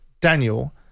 Daniel